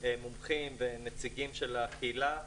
מומחים ונציגים של הקהילה,